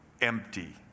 empty